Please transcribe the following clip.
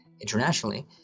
internationally